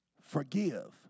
forgive